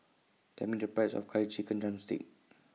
Tell Me The Price of Curry Chicken Drumstick